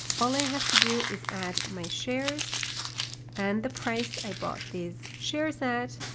all i have to do is add my shares and the price i bought these shares at,